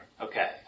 Okay